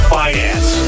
finance